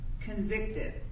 convicted